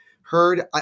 heard